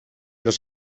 los